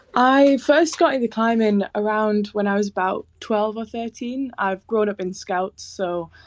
i first got into climbing around when i was about twelve or thirteen. i've grown up in scouts so,